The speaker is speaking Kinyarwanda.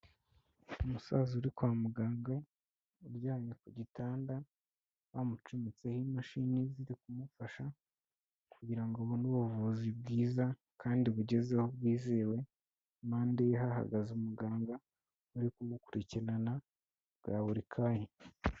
Umusaza uri kwa muganga uryamye ku gitanda, bamucometseho imashini ziri kumufasha, kugira ngo abone ubuvuzi bwiza kandi bugezweho bwizewe, impande ye hahagaze umuganga uri kumukurikirana bya buri kanya.